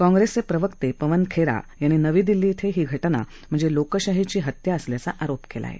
काँग्रेसचे प्रवक्ते पवन खेरा यांनी नवी दिल्ली इथं ही घटना म्हणजे लोकशाहीची हत्या असल्याचा आरोप केला आहे